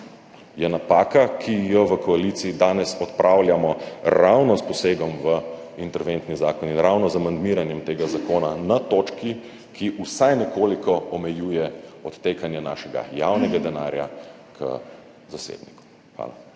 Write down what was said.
Je napaka, ki jo v koaliciji danes odpravljamo ravno s posegom v interventni zakon in ravno z amandmiranjem tega zakona na točki, ki vsaj nekoliko omejuje odtekanje našega javnega denarja k zasebnikom. Hvala.